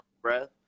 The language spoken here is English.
breath